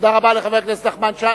תודה רבה לחבר הכנסת נחמן שי.